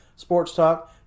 sportstalk